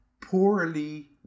poorly